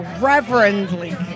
reverently